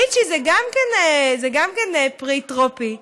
ליצ'י זה גם כן פרי טרופי,